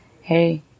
Hey